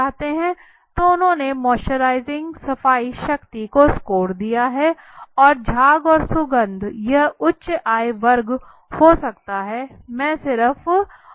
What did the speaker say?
तो उन्होंने मॉइस्चराइजिंग सफाई शक्ति का स्कोर दिया है और झाग और सुगंध यह उच्च आय वर्ग सकता है मैं सिर्फ उदाहरण दे रहा हूं